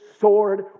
sword